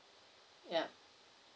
ya